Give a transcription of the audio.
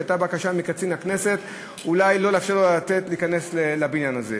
שהייתה בקשה לקצין הכנסת אולי לא לאפשר לו להיכנס לבניין הזה.